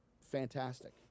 fantastic